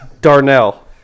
Darnell